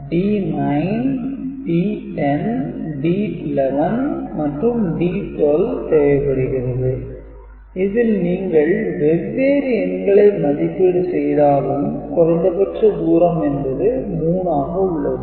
P1 D3 ⊕ D5 ⊕ D7 ⊕ D9 ⊕ D11 P2 D3 ⊕ D6 ⊕ D7 ⊕ D10 ⊕ D11 P4 D5 ⊕ D6 ⊕ D7 ⊕ D12 P8 D9 ⊕ D10 ⊕ D11 ⊕ D12 இதில் நீங்கள் வெவ்வேறு எண்களை மதிப்பீடு செய்தாலும் குறைந்தபட்ச தூரம் என்பது 3 ஆக உள்ளது